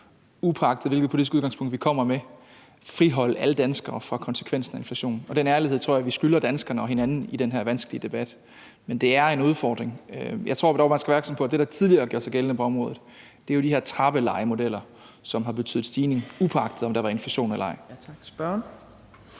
uagtet hvilket politisk udgangspunkt vi kommer med, friholde alle danskere for konsekvensen af inflation, og den ærlighed tror jeg at vi skylder danskerne og hinanden i den her vanskelige debat. Men det er en udfordring. Jeg tror dog, at man skal være opmærksom på, at det, der tidligere gjorde sig gældende på området, jo var de her trappelejemodeller, som har betydet stigninger, upåagtet om der var inflation eller